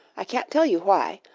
i can't tell you why,